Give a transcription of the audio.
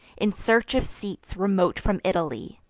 in search of seats remote from italy,